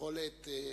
בכל עת.